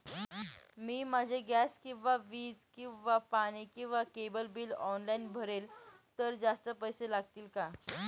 मी माझे गॅस किंवा वीज किंवा पाणी किंवा केबल बिल ऑनलाईन भरले तर जास्त पैसे लागतील का?